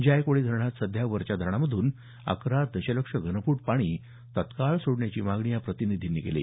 जायकवाडी धरणात सध्या वरच्या धरणांमधून अकरा दशलक्ष घनफूट पाणी तत्काळ सोडण्याची मागणी या प्रतिनिधींनी केली